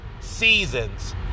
seasons